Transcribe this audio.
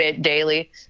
daily